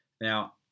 Now